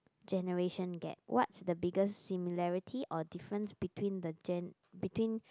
generation gap what's the biggest similarity or difference between the gen~ between